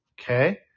okay